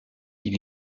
wie